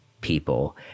people